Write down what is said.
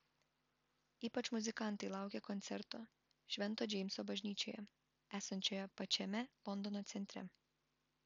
ypač muzikantai laukia koncerto švento džeimso bažnyčioje esančioje pačiame londono centre